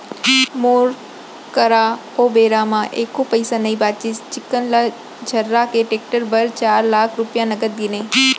मोर करा ओ बेरा म एको पइसा नइ बचिस चिक्कन ल झर्रा के टेक्टर बर चार लाख रूपया नगद गिनें